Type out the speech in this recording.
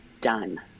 done